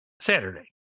Saturday